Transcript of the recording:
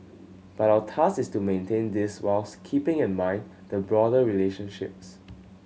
but our task is to maintain this whilst keeping in mind the broader relationships